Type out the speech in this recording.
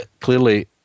clearly